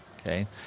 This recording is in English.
Okay